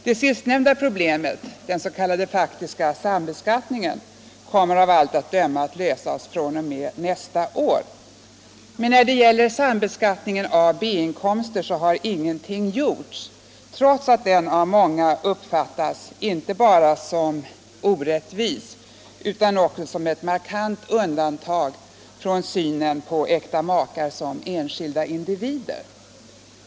Det sistnämnda problemet, den s.k. faktiska sambeskattningen, kommer av allt att döma att lösas fr.o.m. nästa år, men när det gäller sambeskattningen av B-inkomster har ingenting gjorts trots att den av många uppfattas inte bara som orättvis utan också som ett markant undantag från synen på äkta makar som enskilda individer.